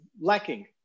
Lacking